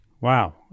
Wow